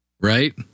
Right